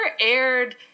aired